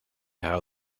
how